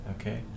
okay